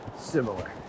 similar